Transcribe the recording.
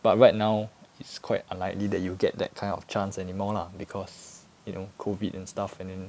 but right now it's quite unlikely that you get that kind of chance anymore lah because you know COVID and stuff and then